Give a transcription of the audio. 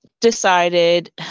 decided